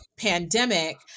Pandemic